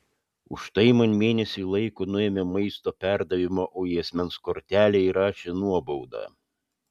už tai man mėnesiui laiko nuėmė maisto perdavimą o į asmens kortelę įrašė nuobaudą